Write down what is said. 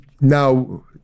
now